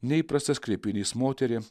neįprastas kreipinys moterie